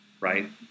right